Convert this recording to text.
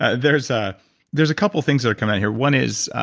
ah there's ah there's a couple things that are coming out here. one is,